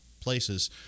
places